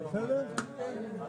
תודה רבה.